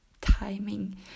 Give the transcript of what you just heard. timing